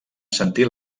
sentir